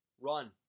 Run